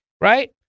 Right